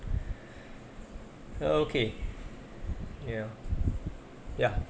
okay ya ya